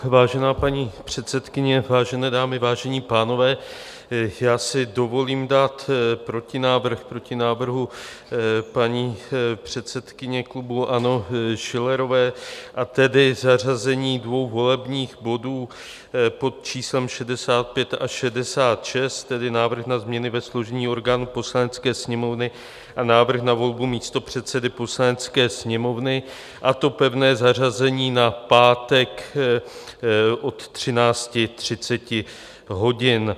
Vážená paní předsedkyně, vážené dámy, vážení pánové, já si dovolím dát protinávrh proti návrhu paní předsedkyně klubu ANO Schillerové, a tedy zařazení dvou volebních bodů pod číslem 65 a 66, tedy Návrh na změny ve složení orgánů Poslanecké sněmovny a Návrh na volbu místopředsedy Poslanecké sněmovny, a to pevné zařazení na pátek od 13.30 hodin.